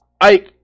I-